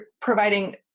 providing